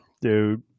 dude